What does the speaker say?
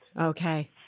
Okay